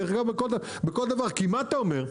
דרך אגב בכל דבר כי מה אתה אומר?